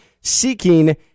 seeking